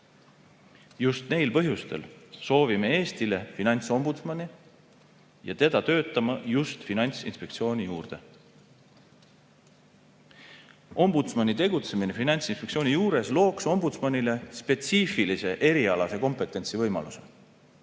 Just neil põhjustel soovime Eestile finantsombudsmani ja teda töötama just Finantsinspektsiooni juurde. Ombudsmani tegutsemine Finantsinspektsiooni juures looks ombudsmanile spetsiifilise erialase kompetentsi võimaluse.